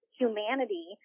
humanity